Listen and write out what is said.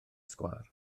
sgwâr